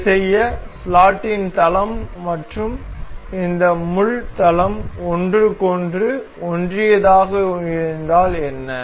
இதைச் செய்ய ஸ்லாட்டின் தளம் மற்றும் இந்த முள் தளம் ஒன்றுக்கொன்று ஒன்றியதாக இணைந்தால் என்ன